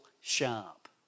sharp